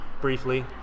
briefly